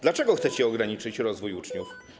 Dlaczego chcecie ograniczyć rozwój uczniów?